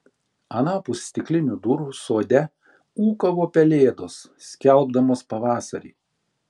anapus stiklinių durų sode ūkavo pelėdos skelbdamos pavasarį